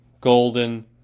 Golden